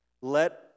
Let